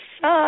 suck